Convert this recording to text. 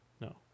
No